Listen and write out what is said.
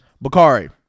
Bakari